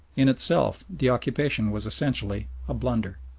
in itself the occupation was essentially a blunder.